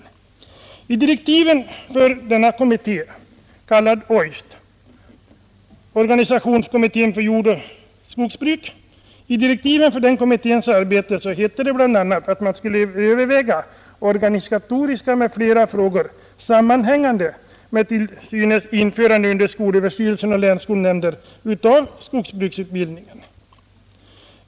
Enligt direktiven för denna kommitté — organisationskommittén för jordoch skogsbruk — skall kommittén överväga organisatoriska m.fl. frågor, sammanhängande med införande under skolöverstyrelsen och länsskolnämnder av skogsbruksutbildningen.